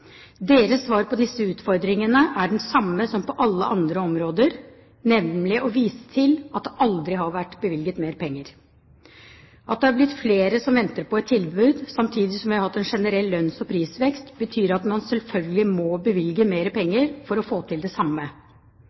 Deres svar på disse utfordringene er det samme som på alle andre områder, nemlig å vise til at det aldri har vært bevilget mer penger. At det har blitt flere som venter på et tilbud, samtidig som vi har hatt en generell lønns- og prisvekst, betyr at man selvfølgelig må bevilge mer penger for å få til det samme.